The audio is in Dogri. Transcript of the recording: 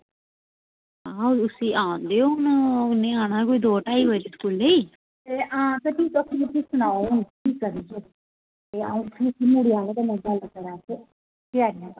हां उसी आन देओ हून उन्नै आना ऐ कि दो ढाई बजे स्कूलै ते हां ते तुस सनाओ हून केह् करचै ते अ'ऊं मुड़े आह्ले कन्नै गल्ल कराचै